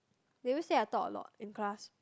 they always say I talk a lot in class